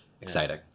exciting